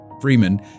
Freeman